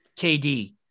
KD